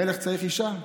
המלך צריך אישה.